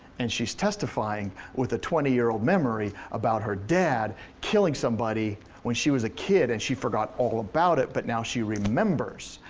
and she's testifying with a twenty year old memory about her dad killing somebody when she was a kid and she forgot all about it but now she remembers.